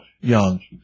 young